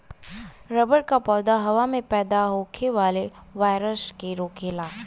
rubber क पौधा हवा में पैदा होखे वाला वायरस के रोकेला